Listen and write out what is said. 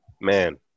man